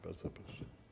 Bardzo proszę.